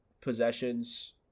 possessions